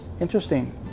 Interesting